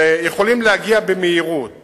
שיכולים להגיע במהירות